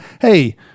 hey